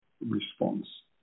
response